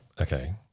okay